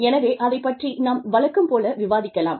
எனவே அதைப் பற்றி நாம் வழக்கம் போல விவாதிக்கலாம்